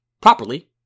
properly